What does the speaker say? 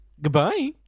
goodbye